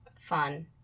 fun